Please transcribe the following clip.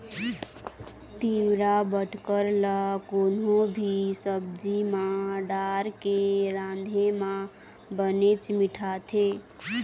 तिंवरा बटकर ल कोनो भी सब्जी म डारके राँधे म बनेच मिठाथे